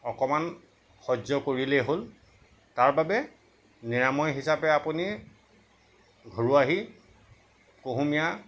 অকমান সহ্য কৰিলেই হ'ল তাৰ বাবে নিৰাময় হিচাপে আপুনি ঘৰুৱা আৰ্হি কুহুমীয়া